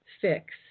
fix